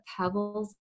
pebbles